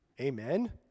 Amen